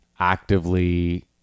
actively